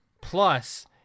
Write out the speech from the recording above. Plus